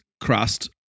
crust